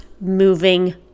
moving